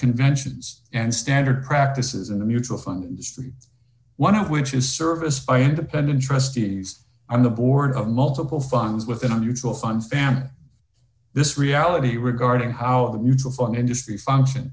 conventions and standard practices in the mutual fund industry one of which is service dependent trustees on the board of multiple funds with an unusual fun family this reality regarding how the mutual fund industry function